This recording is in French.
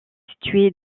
située